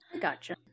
Gotcha